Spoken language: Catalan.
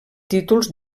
títols